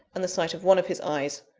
and the sight of one of his eyes.